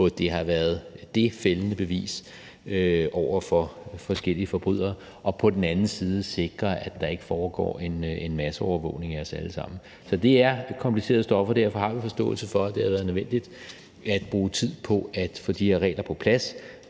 det har været det fældende bevis over for forskellige forbrydere, og på den anden side sikrer, at der ikke foregår en masseovervågning af os alle sammen. Så det er kompliceret stof, og derfor har vi forståelse for, at det har været nødvendigt at bruge tid på at få de her regler på plads,